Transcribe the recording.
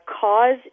cause